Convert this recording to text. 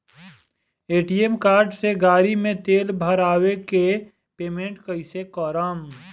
ATM card से गाड़ी मे तेल भरवा के पेमेंट कैसे करेम?